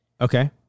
Okay